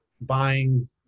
buying